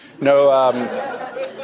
No